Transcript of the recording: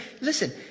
Listen